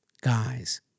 Guys